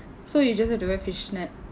so you just have to wear fish net